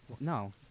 No